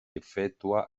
effettua